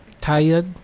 tired